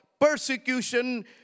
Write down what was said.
persecution